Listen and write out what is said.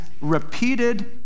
repeated